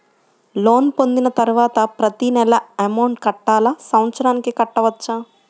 Loan పొందిన తరువాత ప్రతి నెల అమౌంట్ కట్టాలా? సంవత్సరానికి కట్టుకోవచ్చా?